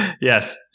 Yes